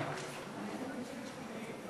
אדוני היושב-ראש,